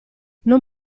non